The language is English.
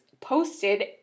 posted